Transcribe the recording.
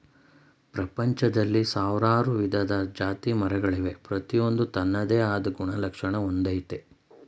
ಪ್ರಪಂಚ್ದಲ್ಲಿ ಸಾವ್ರಾರು ವಿವಿಧ ಜಾತಿಮರಗಳವೆ ಪ್ರತಿಯೊಂದೂ ತನ್ನದೇ ಆದ್ ಗುಣಲಕ್ಷಣ ಹೊಂದಯ್ತೆ